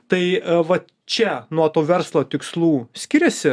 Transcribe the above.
tai vat čia nuo to verslo tikslų skiriasi